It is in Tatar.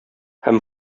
һәм